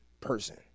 person